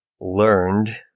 learned